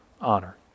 honor